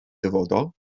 dyfodol